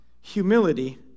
humility